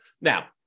Now